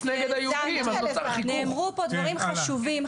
נאמרו פה דברים חשובים,